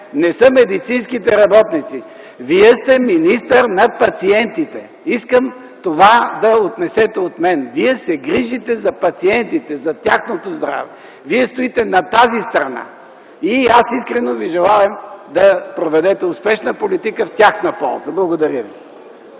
не са медицинските работници. Вие сте министър на пациентите. Искам това да отнесете от мен – Вие се грижите за пациентите, за тяхното здраве. Вие стоите на тази страна! И аз искрено Ви желая да проведете успешна политика в тяхна полза. Благодаря.